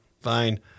Fine